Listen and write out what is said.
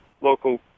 local